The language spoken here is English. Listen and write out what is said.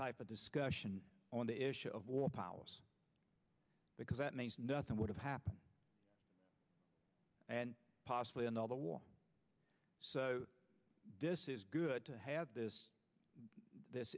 type of discussion on the issue of war powers because that means nothing would happen and possibly another war so this is good to have this this